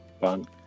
Fun